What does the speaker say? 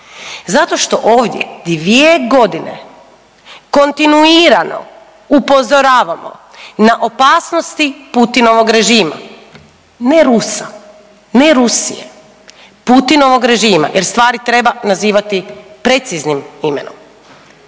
Zato što ovdje dvije godine kontinuirano upozoravamo na opasnosti Putinovog režima, ne Rusa, ne Rusije, Putinovog režima jer stvari treba nazivati preciznim imenom.